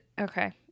okay